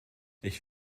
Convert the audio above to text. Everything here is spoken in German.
ich